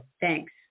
Thanks